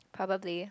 probably